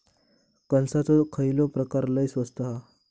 कणसाचो खयलो प्रकार लय स्वस्त हा?